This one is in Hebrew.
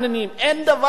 אין דבר כזה.